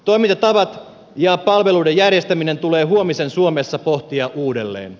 toimintatavat ja palveluiden järjestäminen tulee huomisen suomessa pohtia uudelleen